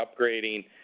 upgrading